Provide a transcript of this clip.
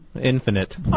Infinite